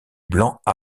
blanc